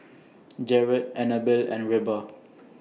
Jarret Annabell and Reba